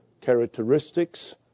characteristics